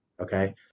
Okay